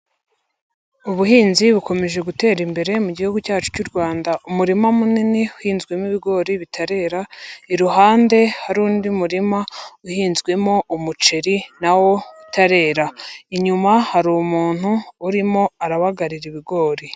Ubuhinzi bukomeje gutera imbere mu gihugu cyacu cy'u Rwanda. umurima munini uhinzwemo ibigori bitarera, iruhande hari undi murima uhinzwemo umuceri na wo utarera. Inyuma hari umuntu urimo arabagarira ibigori.